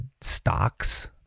stocks